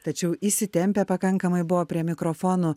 tačiau įsitempę pakankamai buvo prie mikrofonų